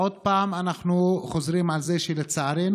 עוד פעם אנחנו חוזרים על זה שלצערנו,